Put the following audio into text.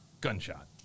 Gunshot